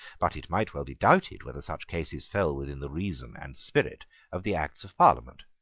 but it might well be doubted whether such cases fell within the reason and spirit of the acts of parliament.